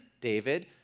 David